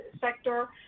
sector